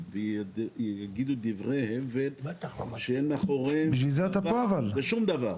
ויגידו דברי הבל שאין מאחוריהם שום דבר.